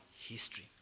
history